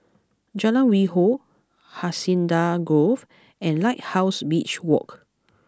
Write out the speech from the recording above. Jalan Hwi Yoh Hacienda Grove and Lighthouse Beach Walk